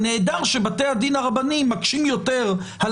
נהדר שבתי הדין הרבניים מקשים יותר על